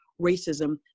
racism